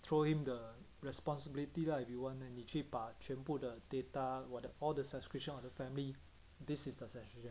throw him the responsibility lah if you want then 你去把全部的 data whatever all the subscription of the family this is the subscription